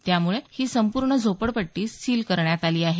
त्यामुळे ही संपूर्ण झोपडपट्टी सील करण्यात आली आहे